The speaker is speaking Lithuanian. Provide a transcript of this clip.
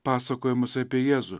pasakojimus apie jėzų